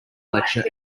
lecture